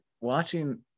watching